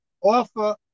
offer